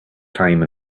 time